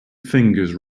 fingers